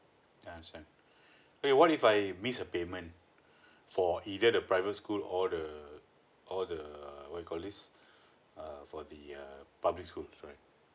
understand okay what if I miss a payment for either the private school or the or the what you call this err for the err public school sorry